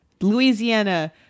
louisiana